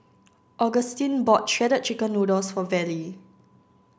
Augustine bought Shredded Chicken Noodles for Vallie